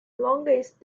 longest